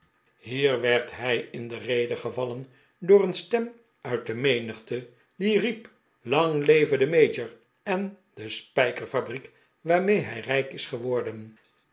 hier werd hij in de rede gevallen door een stem uit de menigte die riep lang leve de mayor en de spijkerfabriek waarmee hij rijk is geworden